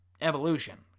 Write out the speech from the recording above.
Evolution